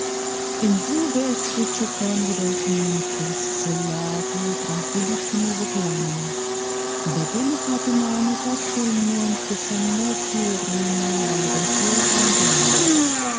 su vespri giocondi dolcemente sul lago tranquillissimo voghiamo da delicate mani facilmente son mossi i remi e alla ventura andiamo